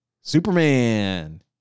Superman